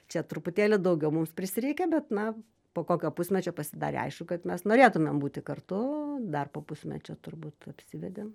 čia truputėlį daugiau mums prisireikė bet na po kokio pusmečio pasidarė aišku kad mes norėtumėm būti kartu dar po pusmečio turbūt apsivedėm